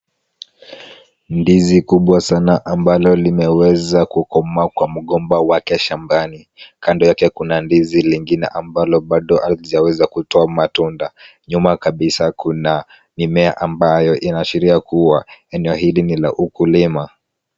Ndizi kubwa sana ambalo limeweza kukomaa kwa mgomba wake shambani. Kando yake kuna ndizi lingine ambalo bado halijaweza kutoa matunda. Nyuma kabisa kuna mimea ambayo inaashiria kuwa eneo hili ni la ukulima.